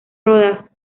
rodas